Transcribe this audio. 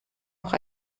auch